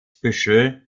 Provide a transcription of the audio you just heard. büschel